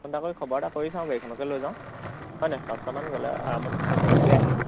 phone এটা কৰি খবৰ এটা কৰি চাওঁ গাড়ীখনকে লৈ যাওঁ হয়নে পাঁচটামান গ'লে আৰামত ফুৰি মেলি আহিম